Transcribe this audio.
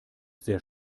sehr